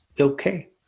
okay